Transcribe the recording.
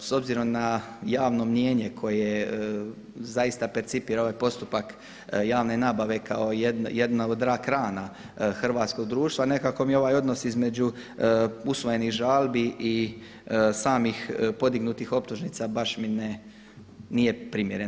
S obzirom na javno mnijenje koje zaista percipira ovaj postupak javne nabave kao jedna od rak rana hrvatskog društva, nekako mi ovaj odnos između usvojenih žalbi i samih podignutih optužnica baš mi nije primjeren.